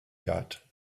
got